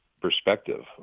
perspective